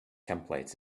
templates